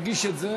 לרשותך.